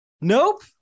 Nope